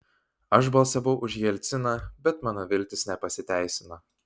aš balsavau už jelciną bet mano viltys nepasiteisino